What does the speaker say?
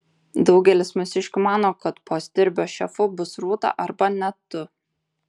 daugelis mūsiškių mano kad po stirbio šefu bus rūta arba net tu